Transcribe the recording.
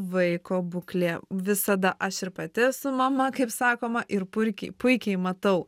vaiko būklė visada aš ir pati esu mama kaip sakoma ir purkiai puikiai matau